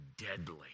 deadly